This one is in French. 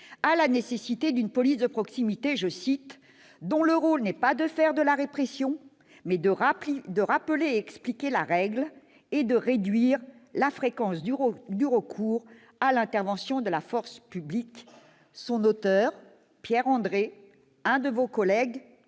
à la nécessité d'une police de proximité, « dont le rôle n'est pas de faire de la répression, mais de rappeler et d'expliquer la règle, [...] et de réduire la fréquence du recours à l'intervention de la force publique ».